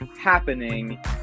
happening